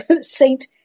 saint